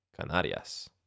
Canarias